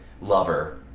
lover